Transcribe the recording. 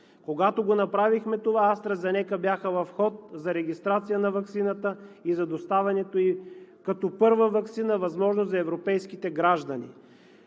Когато направихме това, AstraZeneca бяха в ход за регистрация на ваксината и за доставянето ѝ като първа възможна ваксина за европейските граждани.